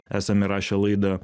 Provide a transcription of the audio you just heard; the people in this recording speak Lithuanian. esame rašę laidą